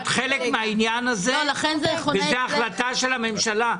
את חלק מהעניין הזה וזו החלטה של הממשלה.